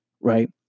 right